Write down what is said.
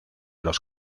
los